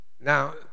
Now